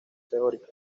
teórica